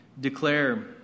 declare